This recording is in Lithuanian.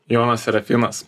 jonas serafinas